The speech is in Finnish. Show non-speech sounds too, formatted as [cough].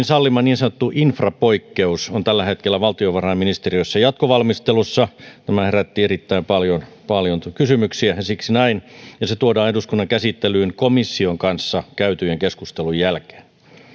[unintelligible] sallima niin sanottu infrapoikkeus on tällä hetkellä valtiovarainministeriössä jatkovalmistelussa tämä herätti erittäin paljon paljon kysymyksiä ja siksi näin ja se tuodaan eduskunnan käsittelyyn komission kanssa käytyjen keskustelujen jälkeen